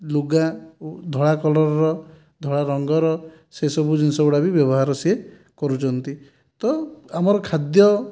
ଲୁଗା ଧଳା କଲର୍ର ଧଳା ରଙ୍ଗର ସେସବୁ ଜିନିଷର ବ୍ୟବହାର ବି ସେ କରୁଛନ୍ତି ତ ଆମର ଖାଦ୍ୟ